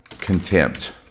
Contempt